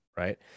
Right